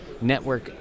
network